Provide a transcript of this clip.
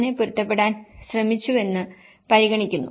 എങ്ങനെ പൊരുത്തപ്പെടാൻ ശ്രമിച്ചുവെന്ന് പരിഗണിക്കുന്നു